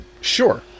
sure